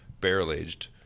barrel-aged